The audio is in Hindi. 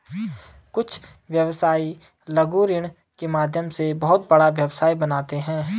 कुछ व्यवसायी लघु ऋण के माध्यम से बहुत बड़ा व्यवसाय बनाते हैं